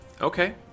Okay